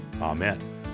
Amen